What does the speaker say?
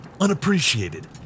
Unappreciated